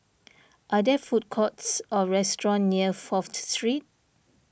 are there food courts or restaurants near Fourth Street